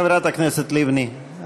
חברת הכנסת לבני,